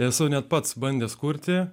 esu net pats bandęs kurti